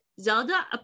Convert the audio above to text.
Zelda